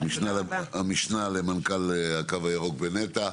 המשנה למנכ"ל "הקו הירוק" בנת"ע.